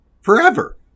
forever